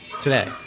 Today